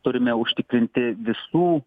turime užtikrinti visų